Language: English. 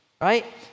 right